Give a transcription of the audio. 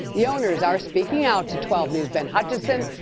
the owners are speaking out to twelve news' ben hutchison.